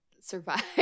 survive